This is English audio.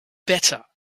better